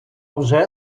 вже